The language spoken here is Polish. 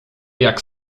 jak